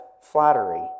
flattery